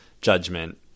judgment